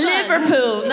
Liverpool